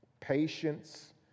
Patience